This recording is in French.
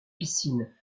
piscine